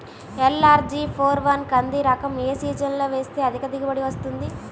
LRG four one కంది రకం ఏ సీజన్లో వేస్తె అధిక దిగుబడి వస్తుంది?